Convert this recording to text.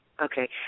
Okay